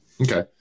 Okay